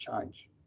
change